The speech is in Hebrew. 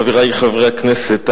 חברי חברי הכנסת,